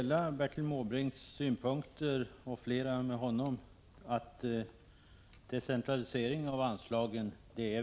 Herr talman! Förlåt.